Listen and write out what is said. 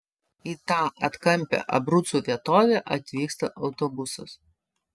į tą atkampią abrucų vietovę atvyksta autobusas